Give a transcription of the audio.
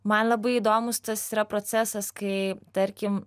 man labai įdomus tas yra procesas kai tarkim